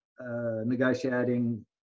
negotiating